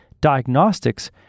diagnostics